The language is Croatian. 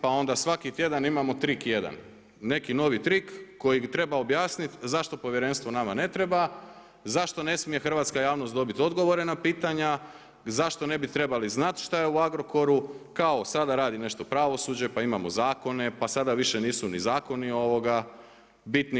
Pa onda svaki tjedan imamo trik jedan, neki novi trik koji bi trebao objasniti zašto povjerenstvo nama ne treba, zašto ne smije hrvatska javnost dobiti odgovore na pitanja, zašto ne bi trebali znati šta je u Agrokoru, kao sada radi nešto pravosuđe, pa imamo zakone, pa sada više nisu ni zakoni bitni.